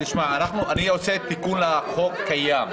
אני עושה תיקון לחוק קיים,